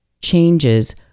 changes